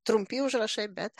trumpi užrašai bet